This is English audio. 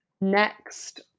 next